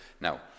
Now